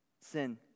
sin